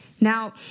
Now